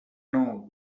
know